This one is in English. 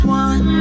one